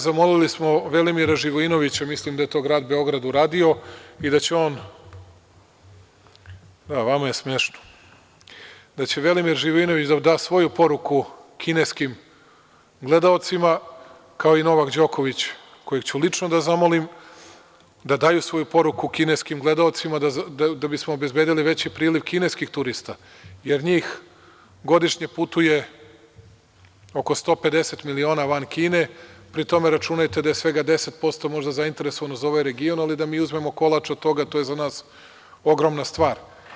Zamolili smo Velimira Živojinovića, mislim da je to grad Beograd uradio, i da će on da da svoju poruku kineskim gledaocima, kao i Novak Đoković, kojeg ću lično da zamolim, da daju svoju poruku kineskim gledaocima da bismo obezbedili veći priliv kineskih turista jer njih godišnje putuje oko 150 miliona van Kine, pri tome računajte da je svega 10% možda zainteresovano za ovaj region, ali da mi uzmemo kolač od toga, to je za nas ogromna stvar.